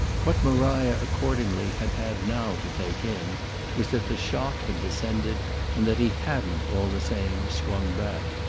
what maria accordingly had had now to take in was that the shock had descended and that he hadn't, all the same, swung back.